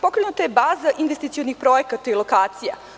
Pokrenuta je baza investicionih projekata i lokacija.